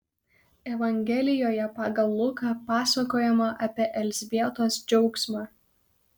evangelijoje pagal luką pasakojama apie elzbietos džiaugsmą